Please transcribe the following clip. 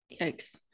yikes